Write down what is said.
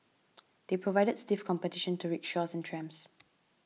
they provided stiff competition to rickshaws and trams